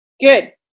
Good